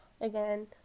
again